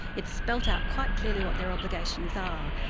it's spelt out quite clearly what their obligations are.